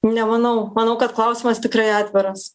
nemanau manau kad klausimas tikrai atviras